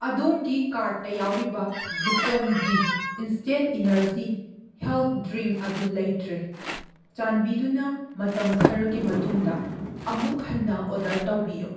ꯑꯗꯣꯝꯒꯤ ꯀꯥꯔꯗꯇ ꯌꯥꯎꯔꯤꯕ Glucon D instant energy health drink ꯑꯗꯨ ꯂꯩꯇ꯭ꯔꯦ ꯆꯥꯟꯕꯤꯗꯨꯅ ꯃꯇꯝ ꯈꯔꯒꯤ ꯃꯇꯨꯡꯗ ꯑꯃꯨꯛ ꯍꯟꯅ ꯑꯣꯗꯔ ꯇꯧꯕꯤꯌꯨ